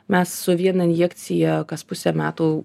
mes su viena injekcija kas pusę metų